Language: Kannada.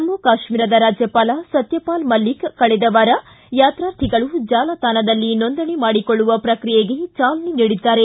ಜಮ್ಮ ಕಾಶ್ಮೀರದ ರಾಜ್ಯಪಾಲ್ ಸತ್ಯಪಾಲ್ ಮಲ್ಲಿಕ್ ಕಳೆದ ವಾರ ಯಾತಾರ್ಥಿಗಳು ಜಾಲತಾಣದಲ್ಲಿ ನೋಂದಣೆ ಮಾಡಿಕೊಳ್ಳುವ ಪ್ರಕ್ರಿಯೆಗೆ ಚಾಲನೆ ನೀಡಿದ್ದಾರೆ